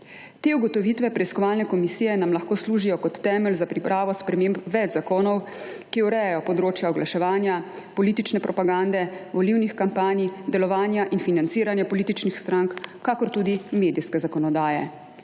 Te ugotovitve preiskovalne komisije nam lahko služijo kot temelj za pripravo sprememb več zakonov, ki urejajo področja oglaševanja, politične propagande, volilnih kampanj, delovanja in financiranje političnih strank kakor tudi medijske zakonodaje.